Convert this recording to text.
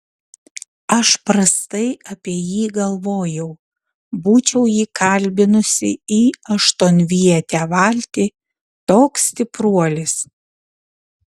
aš prastai apie jį galvojau būčiau jį kalbinusi į aštuonvietę valtį toks stipruolis